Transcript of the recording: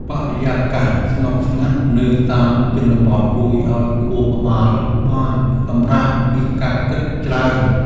បរិយាកាសស្ងប់ស្ងាត់នៅតាមជនបទ ជួយឱ្យខួរក្បាលបានសម្រាកពីការគិតច្រើន។